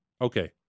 okay